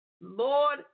Lord